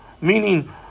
Meaning